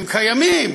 הם קיימים,